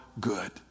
good